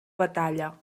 batalla